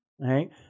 right